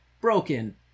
broken